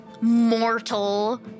mortal